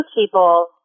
people